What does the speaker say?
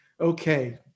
Okay